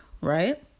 right